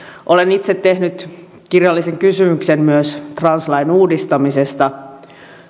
olen itse tehnyt kirjallisen kysymyksen myös translain uudistamisesta